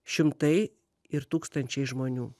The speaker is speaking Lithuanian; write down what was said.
šimtai ir tūkstančiai žmonių